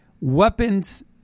weapons